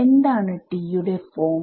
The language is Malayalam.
എന്താണ് T യുടെ ഫോം